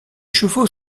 chevaux